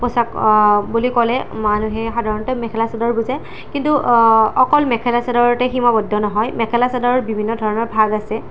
পোছাক বুলি ক'লে মানুহে সাধাৰণতে মেখেলা চাদৰ বুজে কিন্তু অকল মেখেলা চাদৰতে সীমাবদ্ধ নহয় মেখেলা চাদৰৰ বিভিন্ন ধৰণৰ ভাগ আছে